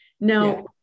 Now